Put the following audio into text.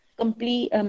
complete